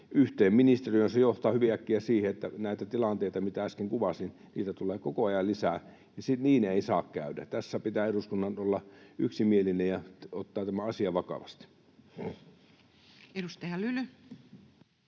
yhteen ministeriöön, se johtaa hyvin äkkiä siihen, että näitä tilanteita, mitä äsken kuvasin, tulee koko ajan lisää. Niin ei saa käydä. Tässä pitää eduskunnan olla yksimielinen ja ottaa tämä asia vakavasti. [Speech 120]